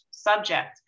subject